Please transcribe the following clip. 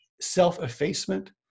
self-effacement